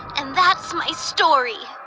and that's my story.